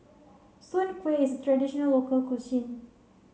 Soon Kway is a traditional local cuisine